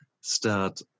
start